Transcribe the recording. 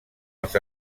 els